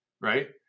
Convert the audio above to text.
Right